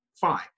fine